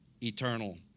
eternal